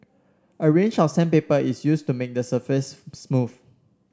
a range of sandpaper is used to make the surface smooth